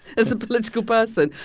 as a political person,